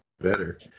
better